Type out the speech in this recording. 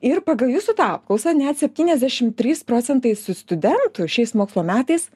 ir pagal jūsų tą apklausą net septyniasdešimt trys procentai studentų šiais mokslo metais